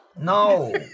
No